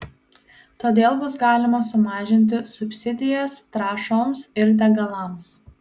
todėl bus galima sumažinti subsidijas trąšoms ir degalams